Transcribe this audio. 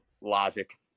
logic